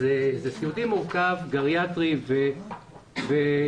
זה סיעודי מורכב, גריאטרי ושיקומי.